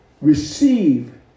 receive